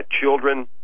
children